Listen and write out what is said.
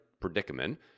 predicament